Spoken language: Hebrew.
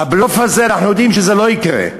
הבלוף הזה, אנחנו יודעים שזה לא יקרה,